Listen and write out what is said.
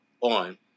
on